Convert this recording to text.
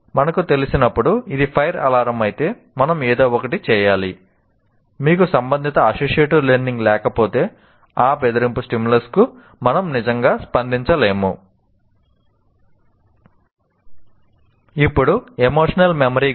మనకు తెలిసినప్పుడు ఇది ఫైర్ అలారం అయితే మనం ఏదో ఒకటి చేయాలి మీకు సంబంధిత అసోసియేటివ్ లెర్నింగ్ కు మనము నిజంగా స్పందించలేము